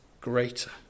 greater